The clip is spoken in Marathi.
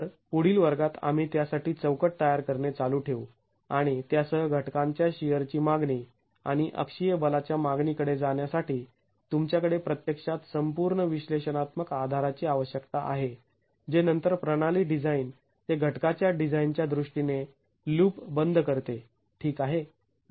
तर पुढील वर्गात आम्ही त्यासाठी चौकट तयार करणे चालू ठेवू आणि त्या सह घटकांच्या शिअरची मागणी आणि अक्षीय बलाच्या मागणी कडे जाण्यासाठी तुमच्याकडे प्रत्यक्षात संपूर्ण विश्लेषणात्मक आधाराची आवश्यकता आहे जे नंतर प्रणाली डिझाईन ते घटकाच्या डिझाईन च्या दृष्टीने लुप बंद करते ठीक आहे